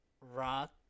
Rock